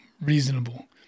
reasonable